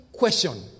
question